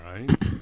right